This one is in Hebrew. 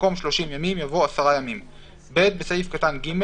במקום "שלושים ימים" יבוא "עשרה ימים"; (ב)בסעיף קטן (ג),